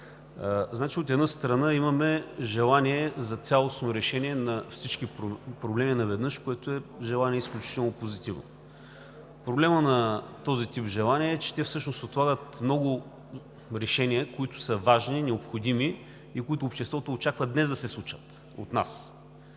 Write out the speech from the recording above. От една страна, имаме желание за цялостно решение на всички проблеми наведнъж, което желание е изключително позитивно. Проблемът на този тип желания е, че всъщност отлагат много решения, които са важни, необходими и които обществото очаква от нас днес да се случат.